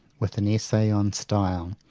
with an essay on style,